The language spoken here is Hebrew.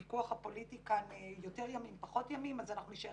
ומישראל גם פיקוח, גם שקיפות.